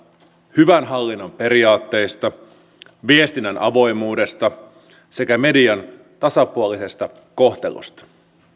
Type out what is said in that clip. hyvän hallinnon periaatteesta viestinnän avoimuudesta sekä median tasapuolisesta kohtelusta